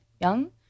young